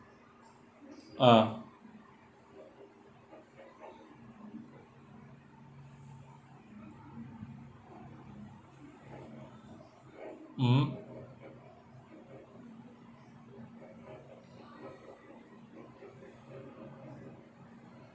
uh mm